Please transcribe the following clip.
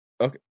Okay